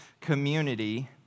community